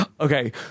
Okay